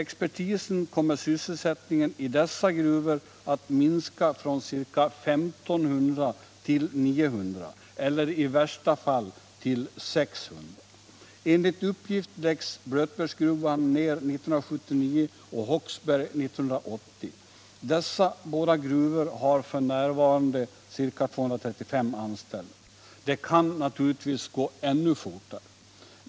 Enligt expertisen kommer sysselsättningen i dessa gruvor att minska från ca 1 500 till 900 eller i värsta fall till 600. Enligt uppgift läggs Blötbergsgruvan ner 1979 och Håksberg 1980. Dessa båda gruvor har f. n. ca 235 anställda. Det kan naturligtvis gå ännu fortare.